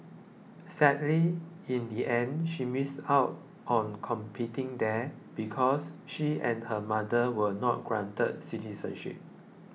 sadly in the end she missed out on competing there because she and her mother were not granted citizenship